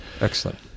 Excellent